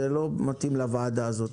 זה לא מתאים לוועדה הזאת.